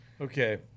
Okay